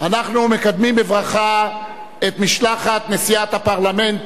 אנחנו מקדמים בברכה את משלחת נשיאת הפרלמנט